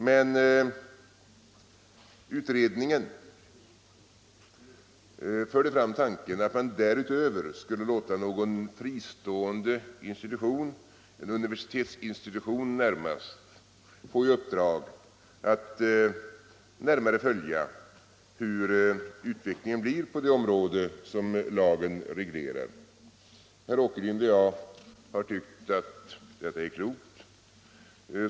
Men utredningen förde fram tanken att man därutöver skulle låta någon fristående institution — exempelvis en universitetsinstitution — få i uppdrag att närmare följa hur utvecklingen blir på det område som lagen reglerar. Herr Åkerlind och jag har tyckt att detta är klokt.